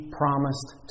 promised